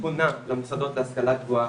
היא פונה למוסדות להשכלה גבוהה,